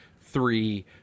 three